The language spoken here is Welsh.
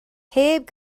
heb